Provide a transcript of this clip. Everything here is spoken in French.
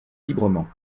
librement